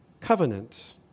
covenant